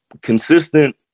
consistent